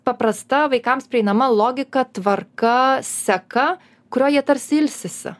paprasta vaikams prieinama logika tvarka seka kurioj jie tarsi ilsisi